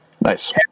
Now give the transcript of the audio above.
Nice